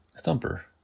Thumper